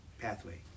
pathway